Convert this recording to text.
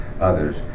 others